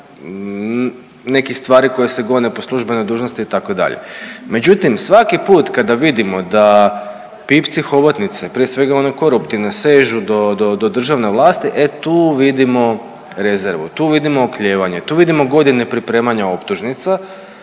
nekih stvari koje se gone po službenoj dužnosti itd., međutim svaki put kada vidimo da pipci hobotnice prije svega one koruptivne sežu do, do državne vlasti, e tu vidimo rezervu, tu vidimo oklijevanje, tu vidimo godine pripremanja optužnica,